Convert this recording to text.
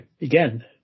Again